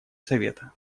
совета